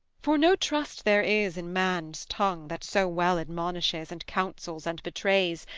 for no trust there is in man's tongue, that so well admonishes and counsels and betrays,